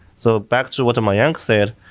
so back to what mayank said,